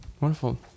Wonderful